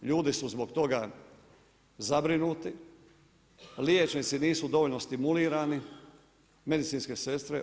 Ljudi su zbog toga zabrinuti, liječnici nisu dovoljno stimulirani, medicinske sestre.